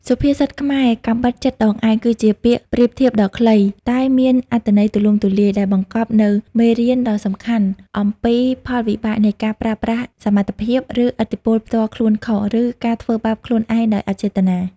សុភាសិតខ្មែរ «កាំបិតចិតដងឯង» គឺជាពាក្យប្រៀបធៀបដ៏ខ្លី តែមានអត្ថន័យទូលំទូលាយ ដែលបង្កប់នូវមេរៀនដ៏សំខាន់អំពី ផលវិបាកនៃការប្រើប្រាស់សមត្ថភាព ឬឥទ្ធិពលផ្ទាល់ខ្លួនខុស ឬ ការធ្វើបាបខ្លួនឯងដោយអចេតនា។